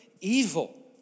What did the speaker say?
evil